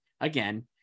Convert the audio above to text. again